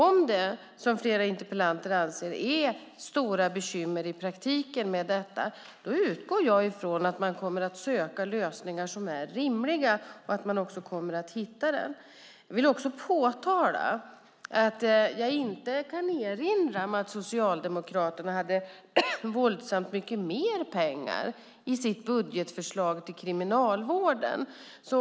Om det är, som flera interpellanter anser, stora bekymmer i praktiken med detta utgår jag från att man kommer att söka och hitta rimliga lösningar. Jag vill påtala att jag inte kan erinra mig att Socialdemokraterna hade så mycket mer pengar i sitt budgetförslag till Kriminalvården.